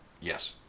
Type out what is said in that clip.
yes